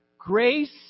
Grace